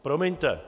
Promiňte.